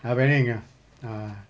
dah planning ah ah